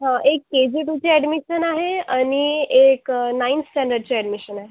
हो एक K G टूची ॲडमिशन आहे आणि एक नाईन्थ स्टँडर्डची ॲडमिशन आहे